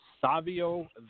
Savio